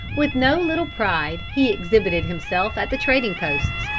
with no little pride he exhibited himself at the trading posts,